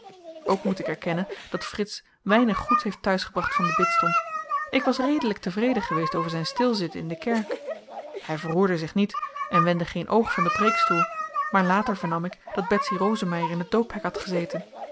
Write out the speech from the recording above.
ook moet ik erkennen dat frits weinig goeds heeft thuisgebracht van den bidstond ik was redelyk tevreden geweest over zyn stilzitten in de kerk hy verroerde zich niet en wendde geen oog van den preekstoel maar later vernam ik dat betsy rosemeyer in t doophek had gezeten